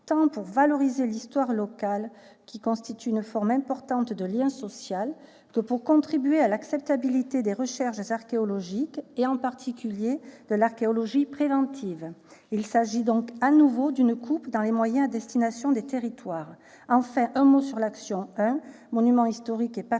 tant pour valoriser l'histoire locale, qui constitue une forme importante de lien social, que pour contribuer à l'acceptabilité des recherches archéologiques, en particulier de l'archéologie préventive. Il s'agit donc à nouveau d'une coupe dans les moyens à destination des territoires. Je conclurai sur l'action n° 01, Patrimoine